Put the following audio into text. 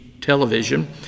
television